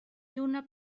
lluna